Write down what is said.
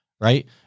right